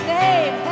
name